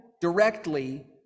directly